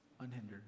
Unhindered